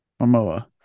Momoa